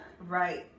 right